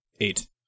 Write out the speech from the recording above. eight